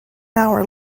hour